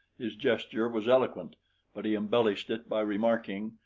his gesture was eloquent but he embellished it by remarking,